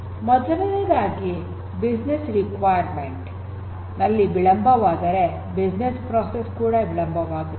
ಮೊದಲನೆಯದಾಗಿ business requirements ನಲ್ಲಿ ವಿಳಂಬವಾದರೆ ಬಿಸಿನೆಸ್ ಪ್ರೋಸೆಸ್ ಕೂಡ ವಿಳಂಬವಾಗುತ್ತದೆ